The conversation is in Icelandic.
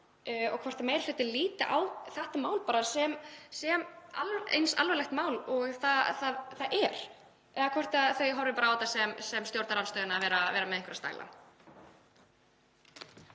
og hvort meiri hlutinn líti á þetta mál sem jafn alvarlegt mál og það er eða hvort þau horfi bara á þetta sem stjórnarandstöðuna að vera með einhverja stæla.